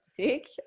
take